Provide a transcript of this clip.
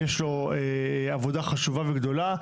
יש לו עבודה חשובה וגדולה,